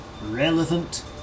relevant